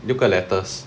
六个 letters